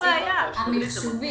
לעזור, ולספק את התשתית המחשובית.